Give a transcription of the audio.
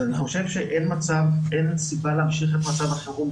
אז אני חושב שאין סיבה להמשיך את מצב החירום,